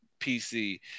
PC